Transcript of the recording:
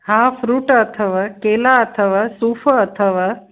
हा फ़्रूट अथव केला अथव सूफ़ अथव